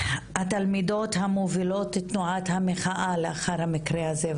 התלמידות המובילות את תנועת המחאה לאחר המקרה הזה,